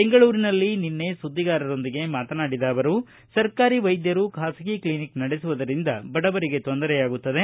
ಬೆಂಗಳೂರಿನಲ್ಲಿ ನಿನ್ನೆ ಸುದ್ದಿಗಾರರೊಂದಿಗೆ ಮಾತನಾಡಿದ ಅವರು ಸರ್ಕಾರಿ ವೈದ್ಯರು ಖಾಸಗಿ ಕ್ಷಿನಿಕ್ ನಡೆಸುವುದರಿಂದ ಬಡವರಿಗೆ ತೊಂದರೆಯಾಗುತ್ತದೆ